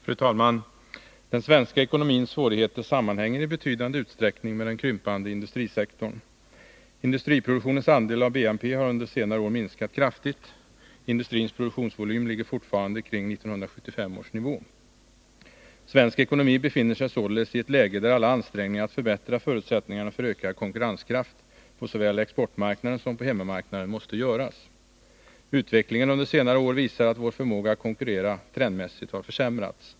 Fru talman! Den svenska ekonomins svårigheter sammanhänger i betydande utsträckning med den krympande industrisektorn. Industriproduktionens andel av BNP har under senare år minskat kraftigt. Industrins produktionsvolym ligger fortfarande kring 1975 års nivå. Svensk ekonomi befinner sig således i ett läge där alla ansträngningar att förbättra förutsättningarna för ökad konkurrenskraft — såväl på exportmarknaden som på hemmamarknaden — måste göras. Utvecklingen under senare år visar att vår förmåga att konkurrera trendmässigt har försämrats.